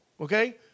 Okay